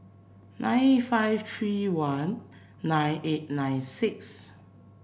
nine five three one nine eight nine six